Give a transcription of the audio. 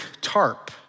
tarp